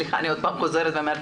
סליחה שאני עוד פעם חוזרת ואומרת,